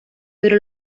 pero